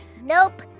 Nope